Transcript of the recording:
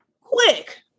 quick